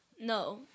No